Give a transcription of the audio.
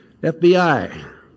FBI